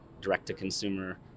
direct-to-consumer